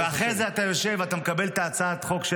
ואחרי זה אתה יושב ואתה מקבל את הצעת החוק של